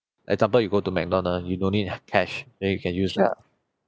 example you go to mcdonald you no need have cash then you can use the